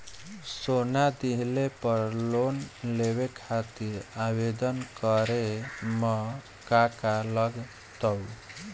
सोना दिहले पर लोन लेवे खातिर आवेदन करे म का का लगा तऽ?